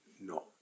No